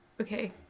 okay